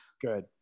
Good